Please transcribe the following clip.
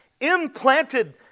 implanted